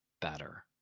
better